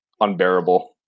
unbearable